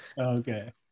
Okay